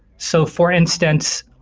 so for instance,